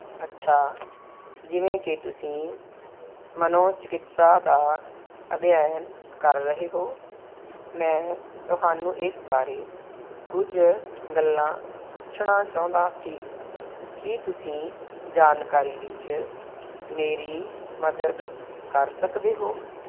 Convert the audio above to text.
ਅੱਛਾ ਜਿਵੇਂ ਕਿ ਤੁਸੀਂ ਮਨੋਚਿਕਿਤਸਾ ਦਾ ਅਧਿਐਨ ਕਰ ਰਹੇ ਹੋ ਮੈਂ ਤੁਹਾਨੂੰ ਇਸ ਬਾਰੇ ਕੁੱਝ ਗੱਲਾਂ ਪੁੱਛਣਾ ਚਾਹੁੰਦਾ ਸੀ ਕੀ ਤੁਸੀਂ ਜਾਣਕਾਰੀ ਵਿੱਚ ਮੇਰੀ ਮਦਦ ਕਰ ਸਕਦੇ ਹੋ